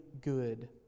good